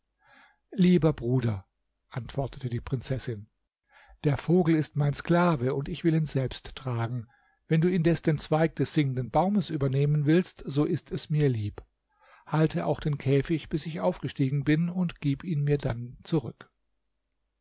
lieber bruder antwortete die prinzessin der vogel ist mein sklave und ich will ihn selbst tragen wenn du indes den zweig des singenden baumes übernehmen willst so ist es mir lieb halte auch den käfig bis ich aufgestiegen bin und gib ihn mir dann zurück